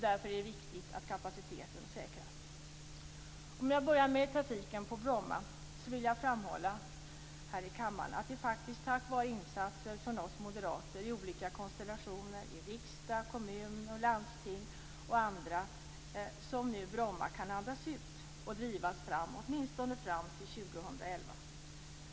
Därför är det viktigt att kapaciteten säkras. Jag börjar med trafiken på Bromma. Jag vill här i kammaren framhålla att det faktiskt är tack var insatser från oss moderater i olika konstellationer i riksdag, kommun och landsting som nu Bromma kan andas ut och drivas åtminstone fram till 2011.